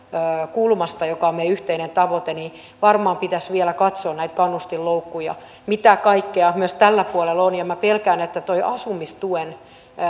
kulmasta joka on meidän yhteinen tavoitteemme niin varmaan pitäisi vielä katsoa näitä kannustinloukkuja mitä kaikkea myös tällä puolella on ja minä pelkään että tuo asumistuen